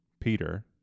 Peter